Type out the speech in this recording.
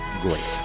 great